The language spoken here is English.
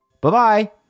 Bye-bye